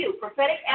Prophetic